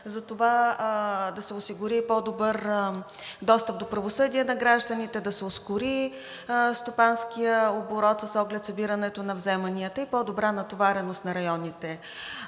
затова да се осигури по-добър достъп до правосъдие на гражданите, да се ускори стопанският оборот с оглед събиране на вземанията и по-добра натовареност на районните